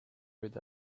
with